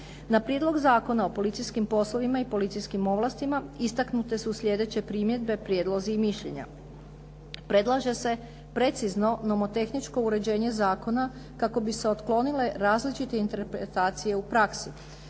Na prijedlog Zakona o policijskim poslovima i policijskim ovlastima, istaknute su sljedeće primjedbe, prijedlozi i mišljenja. Predlaže se precizno nomotehničko uređenje zakona kako bi se otklonile različite interpretacije u praksi.